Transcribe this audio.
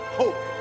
hope